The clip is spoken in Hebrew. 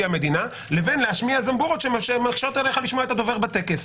המדינה לבין להשמיע זמבורות שמקשות עליך לשמוע את הדובר בטקס.